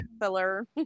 filler